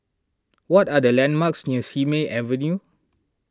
what are the landmarks near Simei Avenue